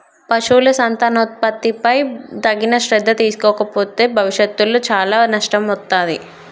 పశువుల సంతానోత్పత్తిపై తగిన శ్రద్ధ తీసుకోకపోతే భవిష్యత్తులో చాలా నష్టం వత్తాది